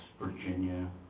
Virginia